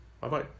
Bye-bye